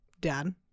Dad